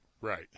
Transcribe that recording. Right